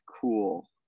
cool